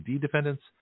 defendants